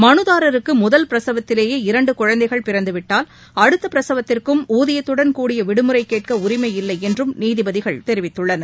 மனுதாரருக்குமுதல் பிரசவத்திலேயே இரண்டுகுழந்தைகள் பிறந்துவிட்டதால் அடுத்தபிரசவத்திற்கும் ஊதியத்துடன் கூடிய விடுமுறைகேட்கஉரிமையில்லைஎன்றும் நீதிபதிகள் தெரிவித்துள்ளனர்